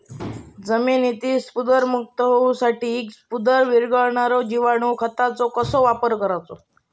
जमिनीतील स्फुदरमुक्त होऊसाठीक स्फुदर वीरघळनारो जिवाणू खताचो वापर कसो करायचो?